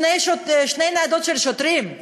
שתי ניידות של שוטרים.